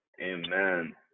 Amen